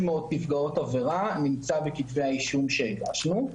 נפגעות עבירה שנמצא בכתבי האישום שהגשנו.